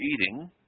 eating